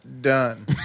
done